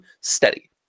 steady